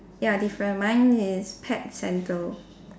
ya different mine is pet centre